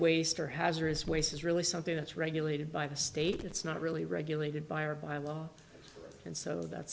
waste or hazardous waste is really something that's regulated by the state it's not really regulated by or by law and so that